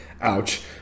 Ouch